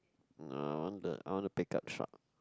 no I want the I want a pick up truck